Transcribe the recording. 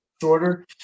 shorter